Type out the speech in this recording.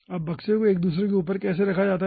अब बक्से को एक दूसरे के ऊपर कैसे रखा जाता है